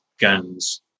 guns